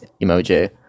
emoji